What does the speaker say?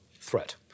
threat